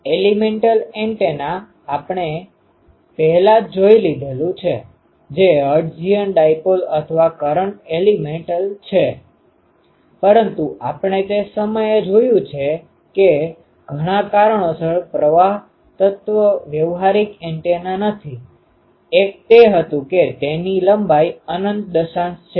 elemental antenna આપણે પહેલા જ જોઈ લીધું છે જે હર્ટઝિયન ડાયપોલ અથવા કરન્ટ એલીમેન્ટcurrent elementપ્રવાહ તત્વ છે પરંતુ આપણે તે સમયે જોયુ છે કે ઘણા કારણોસર પ્રવાહ તત્વ વ્યવહારિક એન્ટેના નથી એક તે હતું કે તેની લંબાઈ અનંત દશાંશ છે